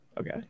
okay